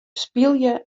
spylje